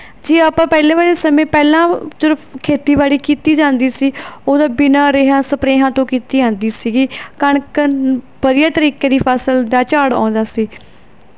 ਜੇ ਆਪਾਂ ਪਹਿਲੇ ਵਾਲੇ ਸਮੇਂ ਪਹਿਲਾਂ ਚਲੋ ਖੇਤੀਬਾੜੀ ਕੀਤੀ ਜਾਂਦੀ ਸੀ ਉਦੋਂ ਬਿਨਾਂ ਰੇਹਾਂ ਸਪਰਿਹਾਂ ਤੋਂ ਕੀਤੀ ਜਾਂਦੀ ਸੀਗੀ ਕਣਕ ਵਧੀਆ ਤਰੀਕੇ ਦੀ ਫਸਲ ਦਾ ਝਾੜ ਆਉਂਦਾ ਸੀ